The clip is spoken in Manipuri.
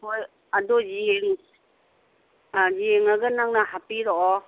ꯍꯣꯏ ꯑꯗꯣꯏꯗꯤ ꯌꯦꯡꯉꯒ ꯅꯪꯅ ꯍꯥꯞꯄꯤꯔꯛꯑꯣ